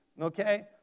okay